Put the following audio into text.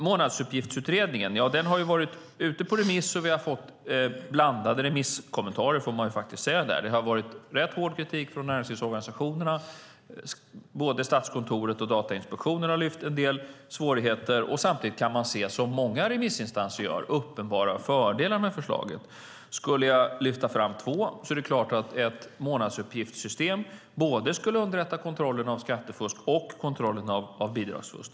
Månadsuppgiftsutredningen har ju varit ute på remiss, och vi har fått blandade remisskommentarer där, får man faktiskt säga. Det har varit rätt hård kritik från näringslivsorganisationerna. Både Statskontoret och Datainspektionen har lyft fram en del svårigheter. Samtidigt kan man se, som många remissinstanser gör, uppenbara fördelar med förslaget. Skulle jag lyfta fram två är det klart att ett månadsuppgiftssystem både skulle underlätta kontrollen av skattefusk och kontrollen av bidragsfusk.